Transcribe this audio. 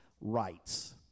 rights